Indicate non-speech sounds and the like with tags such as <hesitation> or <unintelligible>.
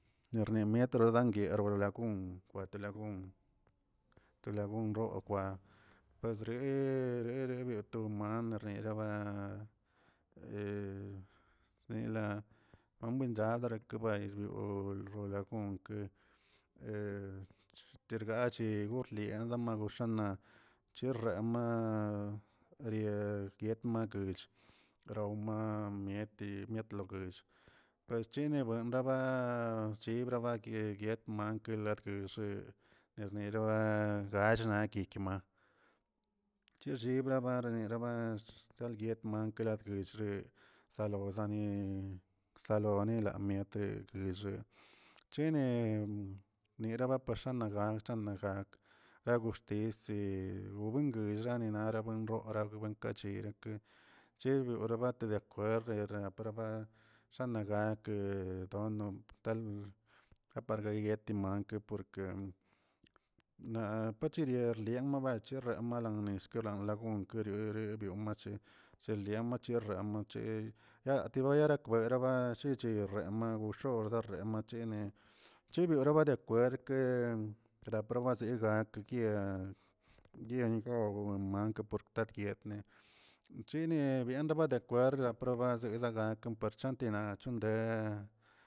Nerni miet lordan gueiro lo lagun, kwatelagun tolagun rokwaa padree reretomaa rneriba <unintelligible> xolagunke <hesitation> tergachi gunlia damiguxana chirremaa rie- rietmaguich grawma mieti mietloguell perchini buenraba chibraba gue cguetmankə lagdillkə nierniroe gaxnakik ma chilligraba renigraba gdialguetma guialtguill zalon zalin ksaloni liametri, chini nera paxan chana gak, ka goxtisi lobuenguill shanarara rora buen kachirik' chirio bata deakwerde shana gakə dono btal apargayeti mankə por ke pachimier liama bacherrir lananis <unintelligible> gonkeriorere mache iliache marrama' tiya barekwerabwa naꞌ shichi remakwux gordaremachini', chibiora ba deakwerd trapaba zegakə yengob anda parkwantypie' chini bande akwerd raprobaze legal per chantina chanti.